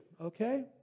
okay